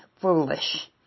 foolish